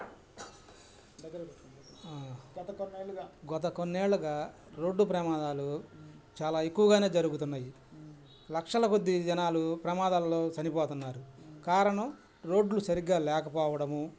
గత కొన్నేళ్ళుగా రోడ్డు ప్రమాదాలు చాలా ఎక్కువగానే జరుగుతున్నాయి లక్షల కొద్ది జనాలు ప్రమాదాల్లో చనిపోతన్నారు కారణం రోడ్లు సరిగా లేకపోవడము